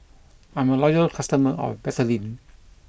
I'm a loyal customer of Betadine